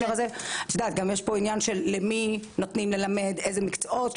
ואת יודעת יש פה גם עניין למי נותנים ללמד אילו מקצועות,